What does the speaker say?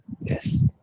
yes